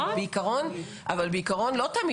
אבל בעיקרון לא תמיד.